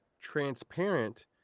transparent